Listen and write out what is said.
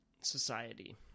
society